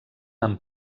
amb